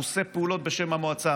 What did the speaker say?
הוא עושה פעולות בשם המועצה.